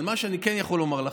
אבל מה שאני כן יכול לומר לך,